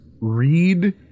read